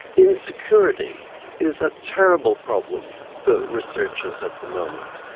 insecurity is a terrible problem for researchers at the moment,